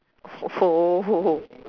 oh